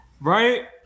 right